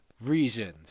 reasons